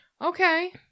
Okay